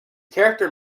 character